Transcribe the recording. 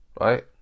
Right